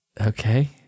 Okay